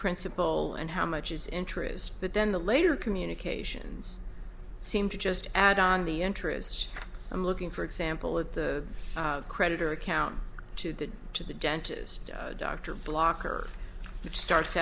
principle and how much is interest but then the later communications seem to just add on the interest i'm looking for example at the creditor account to the to the dentist dr blocker it starts